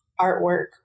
artwork